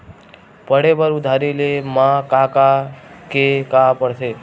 पढ़े बर उधारी ले मा का का के का पढ़ते?